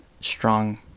Strong